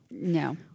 No